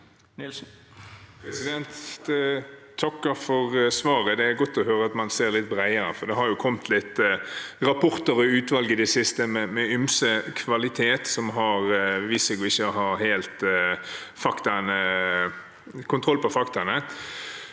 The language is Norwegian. takker for svaret. Det er godt å høre at man ser litt bredere, for det har jo kommet noen rapporter og utvalg i det siste med ymse kvalitet, som har vist seg ikke å ha helt kontroll på faktaene.